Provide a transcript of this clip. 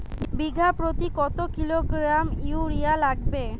বিঘাপ্রতি কত kilogram urea লাগবে?